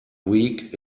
week